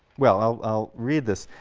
well, i'll read this